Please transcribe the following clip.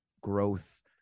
growth